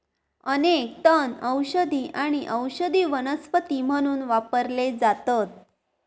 अनेक तण औषधी आणि औषधी वनस्पती म्हणून वापरले जातत